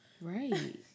right